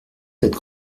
sept